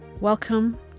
Welcome